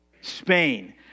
Spain